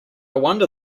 wonder